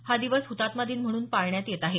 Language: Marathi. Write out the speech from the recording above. हा दिवस हृतात्मा दिन म्हणून पाळण्यात येत आहे